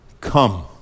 Come